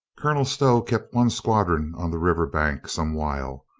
colonel stow kept one squadron on the river bank some while,